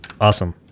Awesome